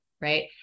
right